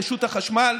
לרשות החשמל,